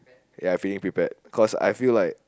ya feeling prepared cause I feel like